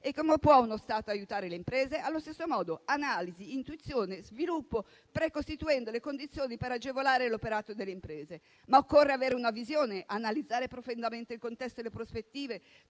Come può uno Stato aiutare le imprese? Allo stesso modo: analisi, intuizione e sviluppo, precostituendo le condizioni per agevolare l'operato delle imprese. Ma occorre avere una visione, analizzare profondamente il contesto e le prospettive,